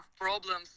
problems